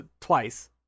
twice